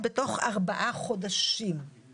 לא תתקבל בקשה מתוקנת אלא בחלוף שנה ממועד הדחייה.